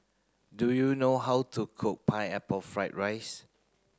do you know how to cook pineapple fried rice